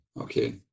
Okay